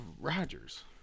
Rodgers